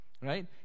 Right